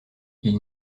ils